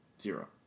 Zero